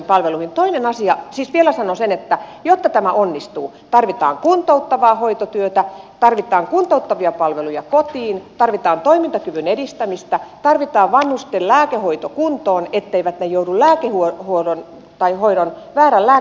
siis vielä sanon sen että jotta tämä onnistuu tarvitaan kuntouttavaa hoitotyötä tarvitaan kuntouttavia palveluja kotiin tarvitaan toimintakyvyn edistämistä tarvitaan vanhusten lääkehoito kuntoon etteivät he joudu väärän lääkehoidon vuoksi terveyskeskuksiin